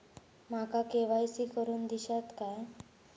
माका के.वाय.सी करून दिश्यात काय?